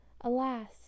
Alas